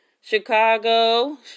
Chicago